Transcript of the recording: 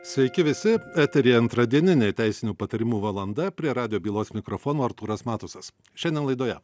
sveiki visi eteryje antradieninė teisinių patarimų valanda prie radijo bylos mikrofono artūras matusas šiandien laidoje